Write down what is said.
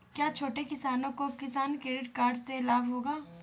क्या छोटे किसानों को किसान क्रेडिट कार्ड से लाभ होगा?